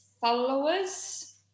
followers